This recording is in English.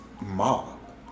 mob